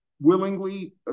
willingly